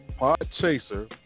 PodChaser